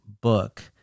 book